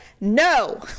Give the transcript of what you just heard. no